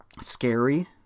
scary